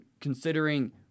considering